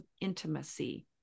intimacy